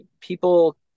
people